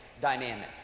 Dynamic